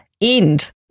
end